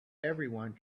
everyone